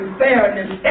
fairness